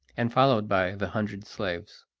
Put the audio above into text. and followed by the hundred slaves.